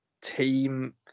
team